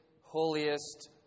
holiest